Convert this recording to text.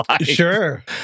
Sure